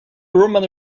roman